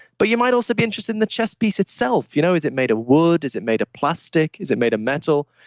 but you might also be interested in the chess piece itself. you know is it made of word? is it made a plastic? is it made a metal?